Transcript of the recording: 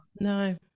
No